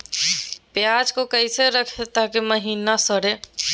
प्याज को कैसे रखे ताकि महिना सड़े?